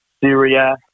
Syria